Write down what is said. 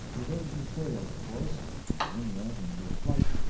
the evasion failed, of course. ambulinia, in her flight,